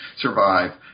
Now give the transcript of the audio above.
survive